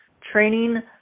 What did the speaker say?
training